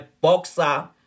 boxer